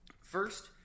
First